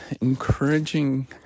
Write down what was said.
encouraging